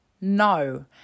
No